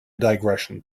digression